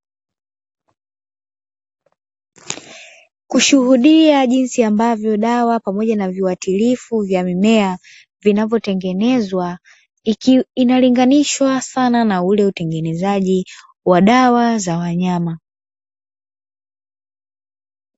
Kushuhudia jinsi ambavyo dawa pamoja na viwatilifu vya mimea vinavyotengenezwa, inalinganishwa sana na ule utengenezaji wa dawa za wanyama.